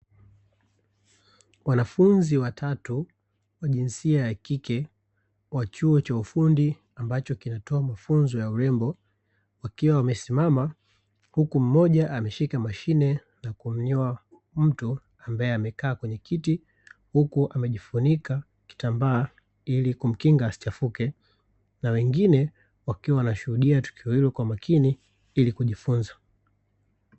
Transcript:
Wanafunzi watatu wa jinsia ya kike wa chuo cha ufundi ambacho kinatoa mafunzo ya urembo, wakiwa wamesimama huku mmoja ameshika mashine ya kumnyoa mtu ambae amekaa kwenye kiti huku amejifunika kitambaa ili kumkinga asichafuke, na wengine wakiwa wanashuhudia tukio hilo kwa makini ili kujifunza.